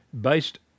based